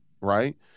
right